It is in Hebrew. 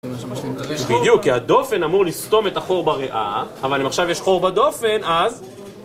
בדיוק, כי הדופן אמור לסתום את החור בריאה, אבל אם עכשיו יש חור בדופן, אז...